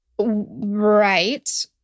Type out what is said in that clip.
Right